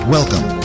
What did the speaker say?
Welcome